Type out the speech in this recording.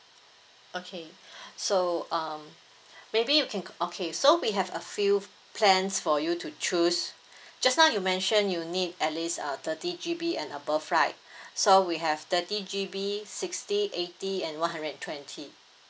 okay so um maybe you can okay so we have a few plans for you to choose just now you mentioned you need at least uh thirty G_B and above right so we have thirty G_B sixty eighty and one hundred and twenty